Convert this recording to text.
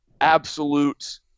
absolute